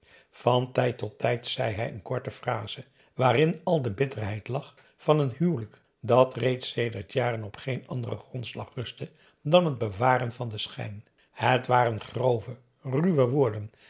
van tijd tot tijd zei hij een korte phrase waarin al de bitterheid lag van een huwelijk dat reeds sedert jaren op geen anderen grondslag rustte dan het bewaren van den schijn het waren grove ruwe woorden